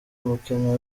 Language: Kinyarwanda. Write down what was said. umukino